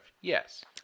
yes